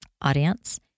audience